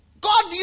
God